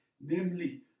namely